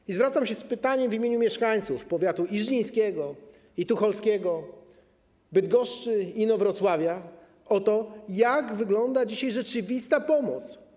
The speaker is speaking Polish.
I zwracam się z pytaniem w imieniu mieszkańców powiatów i żnińskiego, i tucholskiego, Bydgoszczy, Inowrocławia: Jak wygląda dzisiaj rzeczywista pomoc?